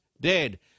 dead